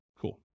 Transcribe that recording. Cool